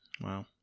Wow